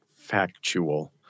factual